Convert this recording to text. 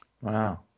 Wow